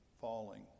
falling